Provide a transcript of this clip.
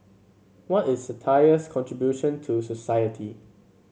what is satire's contribution to society